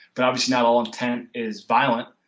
but obviously not all intent is violent.